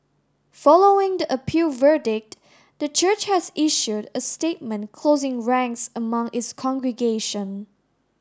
following the appeal verdict the church has issued a statement closing ranks among its congregation